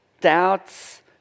doubts